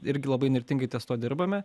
irgi labai įnirtingai ties tuo dirbame